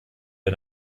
der